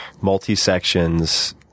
multi-sections